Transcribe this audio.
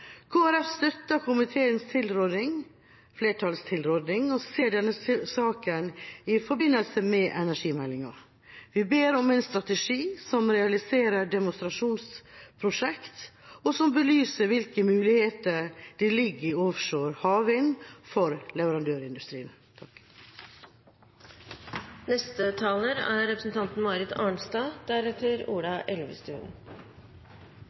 støtter komiteens tilråding og ser denne saken i forbindelse med energimeldinga. Vi ber om en strategi som realiserer demonstrasjonsprosjekter, og som belyser hvilke muligheter det ligger i offshore havvind for leverandørindustrien. Dette er et viktig og positivt forslag fra Miljøpartiet De Grønne, og det er